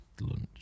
lunch